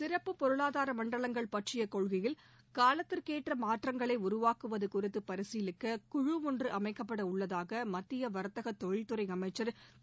சிறப்பு பொருளாதார மண்டலங்கள் பற்றிய கொள்கையில் காலத்திற்கேற்ற மாற்றங்களை உருவாக்குவது குறித்து பரிசீலிக்க குழு ஒன்று அமைக்கப்படவுள்ளதாக மத்திய வர்த்தக தொழில்துறை அமைச்சர் திரு